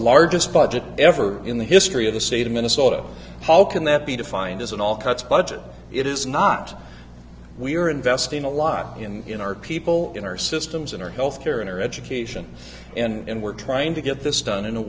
largest budget ever in the history of the state of minnesota how can that be defined as an all cuts budget it is not we are investing a lot in in our people in our systems in our health care in our education and we're trying to get this done in a